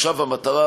עכשיו המטרה,